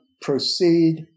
proceed